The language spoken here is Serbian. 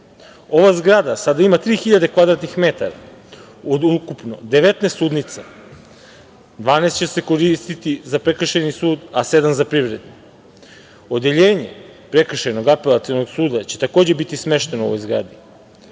Ova zgrada sada ima 3.000 m2, ukupno 19 sudnica, 12 će se koristiti za prekršajni sud a sedam za privredni. Odeljenje Prekršajnog apelacionog suda će takođe biti smešteno u ovoj zgradi.